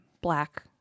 black